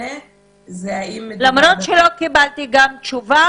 מפנה זה אם מדובר --- למרות שלא קיבלתי תשובה